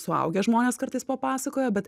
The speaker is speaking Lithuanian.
suaugę žmonės kartais papasakoja bet